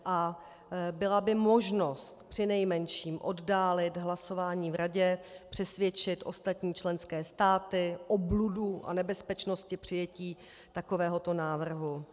A byla by možnost přinejmenším oddálit hlasování v Radě, přesvědčit ostatní členské státy o bludu a nebezpečnosti přijetí takovéhoto návrhu.